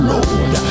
Lord